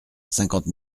cinquante